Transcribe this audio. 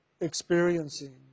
experiencing